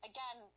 Again